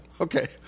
Okay